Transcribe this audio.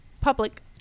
public